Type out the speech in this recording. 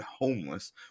homeless